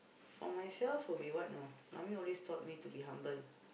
for myself will be what you know mummy always taught me to be humble